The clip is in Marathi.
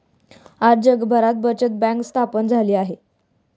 आज जगभरात बचत बँक स्थापन झाली आहे